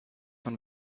von